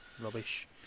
rubbish